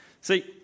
See